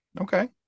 Okay